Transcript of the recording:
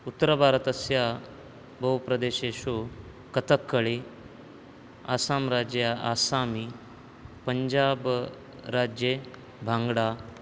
उत्तरभारतस्य बहुप्रदेशेषु कथक्कळि अस्सां राज्ये अस्सामि पञ्जाब् राज्ये भाङ्ग्डा